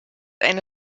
eine